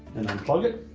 and unplug it.